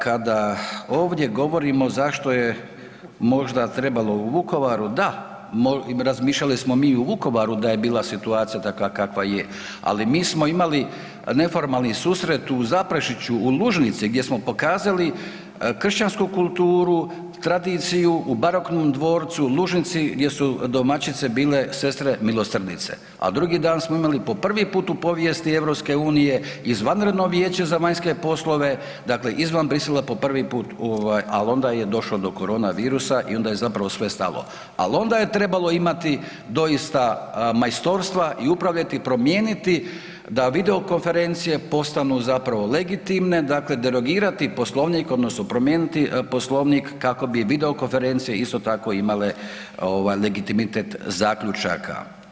Kada ovdje govorimo zašto je možda trebalo u Vukovaru, da, razmišljali smo mi i u Vukovaru da je bila situacija takva kakva je, ali mi smo imali neformalni susret u Zaprešiću u Lužnici gdje smo pokazali kršćansku kulturu, tradiciju u baroknom dvorcu Lužnici gdje su domaćice bile sestre milosrdnice, a drugi dan smo imali po prvi put u povijesti EU izvanredno vijeće za vanjske poslove dakle izvan Bruxellesa po prvi put ovaj, ali onda je došlo do korona virusa i onda je zapravo sve stalo, ali onda je trebalo imati doista majstorstva i upravljati, promijeniti da video konferencije postanu zapravo legitimne, dakle derogirati poslovnik odnosno promijeniti poslovnik kako bi video konferencije isto tako imale ovaj legitimitet zaključaka.